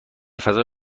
فضای